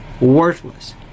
Worthless